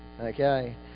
Okay